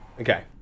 Okay